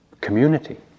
community